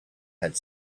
had